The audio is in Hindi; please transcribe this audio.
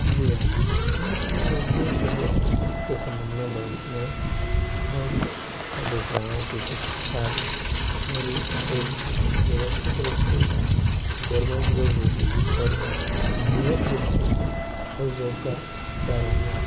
जी हाँ मैं अपने नौकरियों के लिए के संबंध में बस में बहुत अच्छा देख रहा हूँ कि किस प्रकार मेरी एक व्यवस्थित रूप से गवर्मेंट जॉब होगी और मैं नियत रूप से उस जॉब का हक़दार रहूँगा